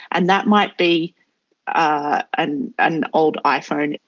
and that might be ah an an old iphone.